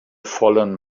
fallen